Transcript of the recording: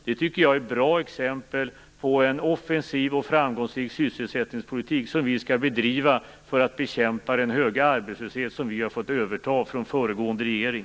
Det tycker jag är bra exempel på en offensiv och framgångsrik sysselsättningspolitik, som vi skall bedriva för att bekämpa den höga arbetslöshet som vi har fått överta från föregående regering.